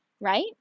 right